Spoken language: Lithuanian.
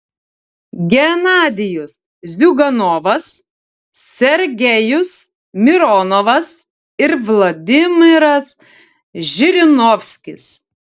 genadijus ziuganovas sergejus mironovas ir vladimiras žirinovskis